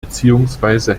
beziehungsweise